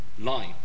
line